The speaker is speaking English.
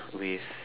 with